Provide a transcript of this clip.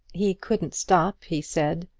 he couldn't stop, he said,